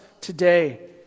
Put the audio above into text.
today